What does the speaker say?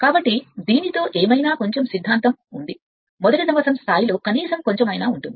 కాబట్టి దీనితో ఏమైనా కొంచెం సిద్ధాంతం ఉంది కనీసం కనీసం మొదటి సంవత్సరం స్థాయి అయినా అక్కడ కొంచెం ఉంటుంది